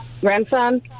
Grandson